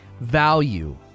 value